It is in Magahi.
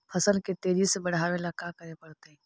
फसल के तेजी से बढ़ावेला का करे पड़तई?